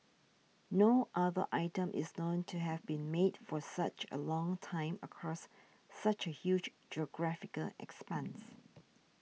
no other item is known to have been made for such a long time across such a huge geographical expanse